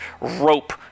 rope